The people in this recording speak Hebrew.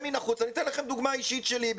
אני אתן לכם דוגמה אישית שלי.